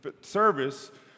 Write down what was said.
service